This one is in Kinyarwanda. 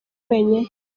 wenyine